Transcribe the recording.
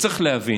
וצריך להבין,